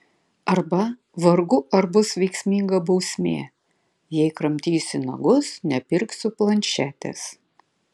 arba vargu ar bus veiksminga bausmė jei kramtysi nagus nepirksiu planšetės